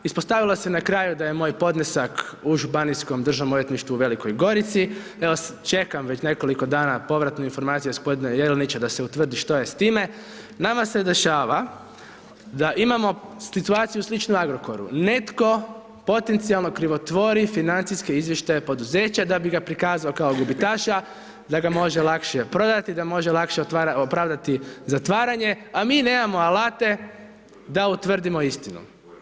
Ispostavilo se na kraju da je moj podnesak u Županijskom državnom odvjetništvu u Velikoj Gorici, evo čekam već nekoliko dana povratnu informaciju gospodina Jelinića da se utvrdi što je s time, nama se dešava da imamo situaciju sličnu Agrokoru, netko potencijalno krivotvori financijske izvještaje poduzeća da bi ga prikazao kao gubitaša da ga može lakše prodati, da može lakše opravdati zatvaranje, a mi nemamo alate da utvrdimo istinu.